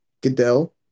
goodell